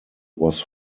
was